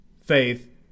faith